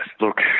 look